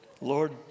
Lord